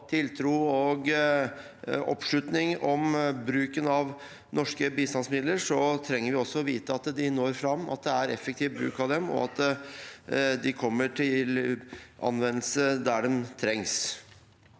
til og oppslutning om bruken av norske bistandsmidler, trenger vi også å vite at de når fram, at det er effektiv bruk av dem, og at de kommer til anvendelse der de trengs.